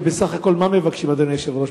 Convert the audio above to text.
ובסך הכול מה מבקשים, אדוני היושב-ראש?